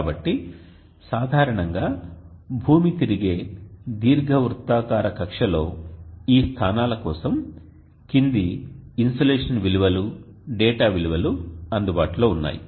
కాబట్టి సాధారణంగా భూమి తిరిగే దీర్ఘవృత్తాకార కక్ష్యలో ఈ స్థానాల కోసం కింది ఇన్సోలేషన్ విలువలు డేటా విలువలు అందుబాటులో ఉన్నాయి